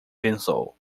pensou